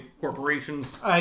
corporations